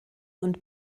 und